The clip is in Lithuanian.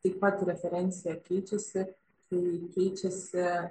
taip pat referencija keičiasi kai keičiasi